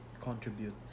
contribute